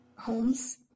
Holmes